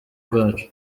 bwacu